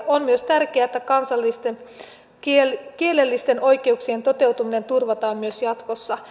on myös tärkeää että kansallisten kielellisten oikeuksien toteutuminen turvataan myös jatkossa